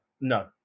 No